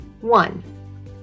One